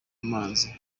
mazi